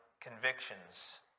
convictions